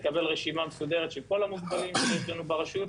לקבל רשימה מסודרת של כל המוגבלים שיש לנו ברשות,